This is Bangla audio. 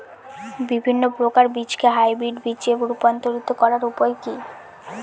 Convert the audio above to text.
বিভিন্ন প্রকার বীজকে হাইব্রিড বীজ এ রূপান্তরিত করার উপায় কি?